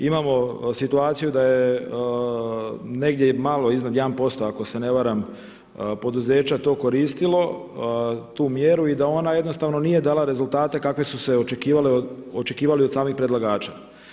Imamo situaciju da je negdje malo iznad 1% ako se ne varam poduzeća to koristilo, tu mjeru i da ona jednostavno nije dala rezultate kakve su se očekivali od samih predlagača.